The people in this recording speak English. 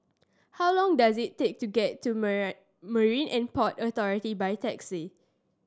how long does it take to get to Marine And Port Authority by taxi